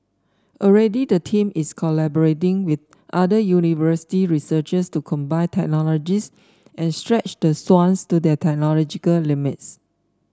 already the team is collaborating with other university researchers to combine technologies and stretch the swans to their technological limits